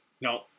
No